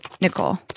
Nicole